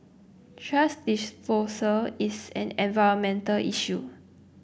thrash disposal is an environmental issue